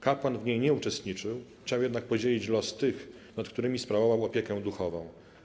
Kapłan w niej nie uczestniczył, chciał jednak podzielić los tych, nad którymi sprawował opiekę duchową.